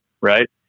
right